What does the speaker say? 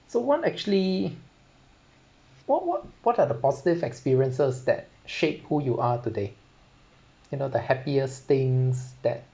so what actually what what what are the positive experiences that shaped who you are today you know the happiest things that